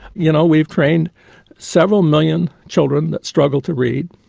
you know we've trained several million children that struggle to read.